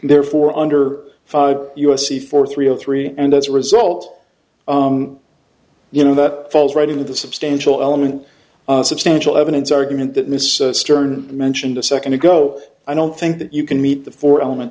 therefore under five u s c four three zero three and as a result you know that falls right into the substantial element substantial evidence argument that miss stern mentioned a second ago i don't think that you can meet the fo